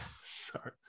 sorry